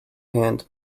hand